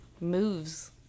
moves